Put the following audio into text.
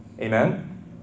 amen